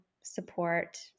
support